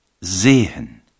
Sehen